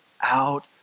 out